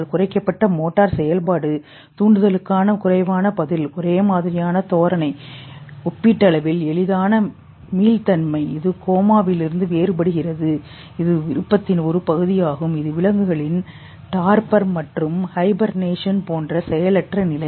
குறைக்கப்பட்ட மோட்டார் செயல்பாடு தூண்டுதலுக்கான குறைவான பதில் ஒரே மாதிரியான தோரணை ஒப்பீட்டளவில் எளிதான மீள்தன்மை இது கோமாவிலிருந்து வேறுபடுகிறது இது விருப்பத்தின் ஒரு பகுதியாகும் இது விலங்குகளின் டார்பர் மற்றும் ஹைபர்னேஷன் போன்ற செயலற்ற நிலை